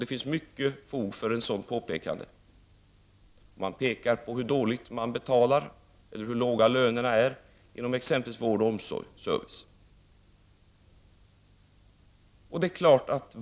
Det finns mycket fog för ett sådant påpekande. Man nämner hur dåliga lönerna är inom t.ex. vård, omsorg och service.